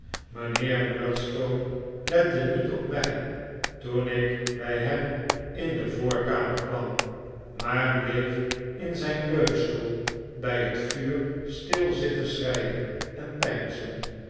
mijnheer murdstone lette niet op mij toen ik bij hem in de voorkamer kwam maar bleef in zijn leunstoel bij het vuur stil zitten schreien en